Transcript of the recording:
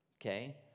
Okay